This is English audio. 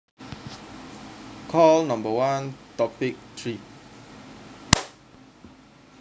call number one topic three